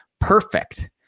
perfect